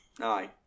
aye